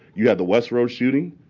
you had the west road shooting.